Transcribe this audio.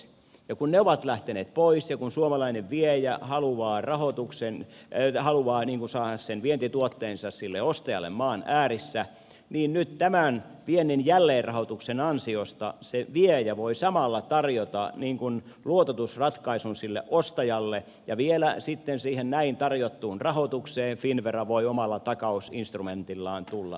ja kun ne ovat lähteneet pois ja kun suomalainen vie ja haluaa saada sen vientituotteensa sille ostajalle maan äärissä niin nyt tämän pienen jälleenrahoituksen ansiosta se viejä voi samalla tarjota luototusratkaisun sille ostajalle ja vielä sitten siihen näin tarjottuun rahoitukseen finnvera voi omalla takausinstrumentillaan tulla mukaan